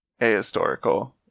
ahistorical